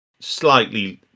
Slightly